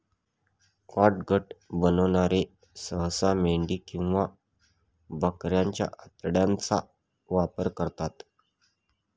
catgut बनवणारे सहसा मेंढी किंवा बकरीच्या आतड्यांचा वापर करतात